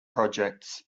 projects